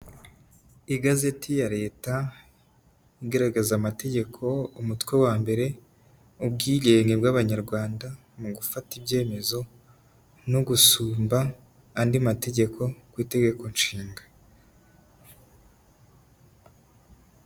Igazeti ya leta igaragaza amategeko umutwe wa mbere, ubwigenge bw'abanyarwanda mu gufata ibyemezo no gusumba andi mategeko ku'itegeko nshinga.